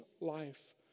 life